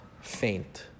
faint